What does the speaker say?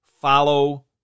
Follow